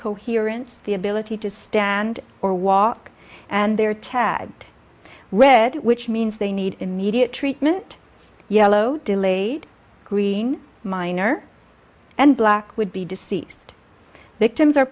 coherence the ability to stand or walk and they are tagged red which means they need immediate treatment yellow delayed green minor and black would be deceased victims